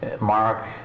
Mark